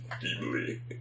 deeply